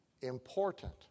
important